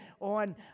on